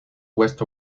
west